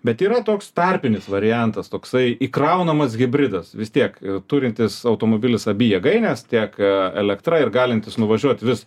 bet yra toks tarpinis variantas toksai įkraunamas hibridas vis tiek turintis automobilis abi jėgaines tiek a elektra ir galintis nuvažiuot vis